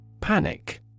Panic